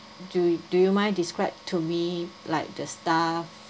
do do you mind describe to me like the staff